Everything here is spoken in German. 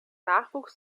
nachwuchs